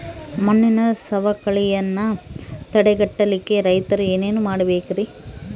ಮಣ್ಣಿನ ಸವಕಳಿಯನ್ನ ತಡೆಗಟ್ಟಲಿಕ್ಕೆ ರೈತರು ಏನೇನು ಮಾಡಬೇಕರಿ?